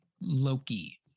Loki